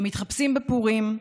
הם מתחפשים בפורים,